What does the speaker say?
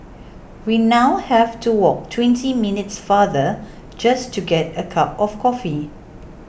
we now have to walk twenty minutes farther just to get a cup of coffee